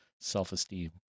self-esteem